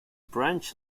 branch